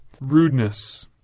rudeness